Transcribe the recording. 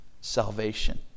salvation